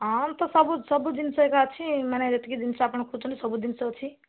ହଁ ତ ସବୁ ସବୁ ଜିନିଷ ଏକା ଅଛି ମାନେ ଯେତିକି ଜିନିଷ ଆପଣ ଖୋଜୁଛନ୍ତି ସବୁ ଜିନିଷ ଅଛି